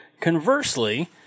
conversely